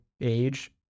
age